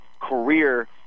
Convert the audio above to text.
career